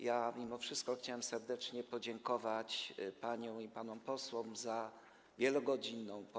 Ja mimo wszystko chciałem serdecznie podziękować paniom i panom posłom za wielogodzinną pracę.